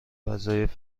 وظایف